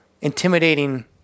intimidating